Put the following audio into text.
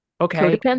okay